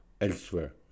elsewhere